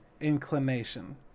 inclination